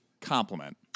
compliment